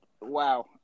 Wow